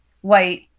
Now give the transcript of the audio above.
white